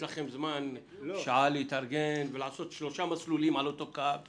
לכם שעה להתארגן ולעשות שלושה מסלולים על אותו קו .